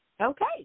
Okay